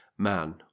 man